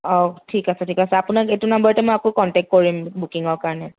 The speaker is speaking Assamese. ঠিক আছে ঠিক আছে আপোনাক এইটো নাম্বাৰতে মই আকৌ কণ্টেক কৰিম বুকিঙৰ কাৰণে